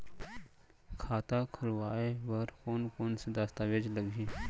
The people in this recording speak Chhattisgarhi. खाता खोलवाय बर कोन कोन से दस्तावेज लागही?